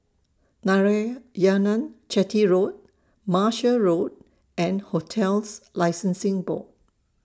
Narayanan Chetty Road Martia Road and hotels Licensing Board